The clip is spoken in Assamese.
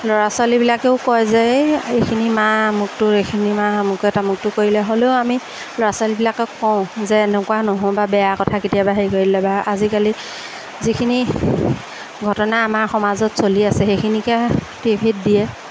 ল'ৰা ছোৱালীবিলাকেও কয় যে এই এইখিনি মা আমুকটোৰ এইখিনি মা আমুকে তামুকটো কৰিলে হ'লেও আমি ল'ৰা ছোৱালীবিলাকক কওঁ যে এনেকুৱা নহ'বা বেয়া কথা কেতিয়াবা হেৰি কৰি দিলে বা আজিকালি যিখিনি ঘটনা আমাৰ সমাজত চলি আছে সেইখিনিকে টি ভিত দিয়ে